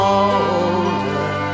older